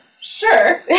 Sure